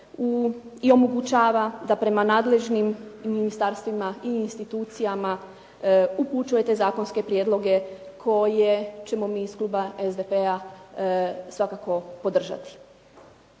i omogućava da prema nadležnim ministarstvima i institucijama upućujete zakonske prijedloge koje ćemo mi iz kluba SDP-a svakako podržati.